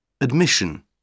Admission